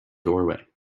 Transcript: doorway